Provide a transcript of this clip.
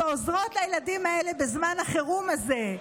שעוזרות לילדים האלה בזמן החירום הזה.